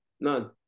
none